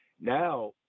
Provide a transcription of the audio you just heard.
now